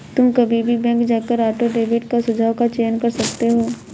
तुम कभी भी बैंक जाकर ऑटो डेबिट का सुझाव का चयन कर सकते हो